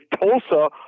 Tulsa